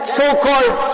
so-called